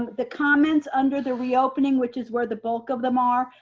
the comments under the reopening which is where the bulk of them are,